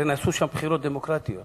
הרי נעשו שם בחירות דמוקרטיות.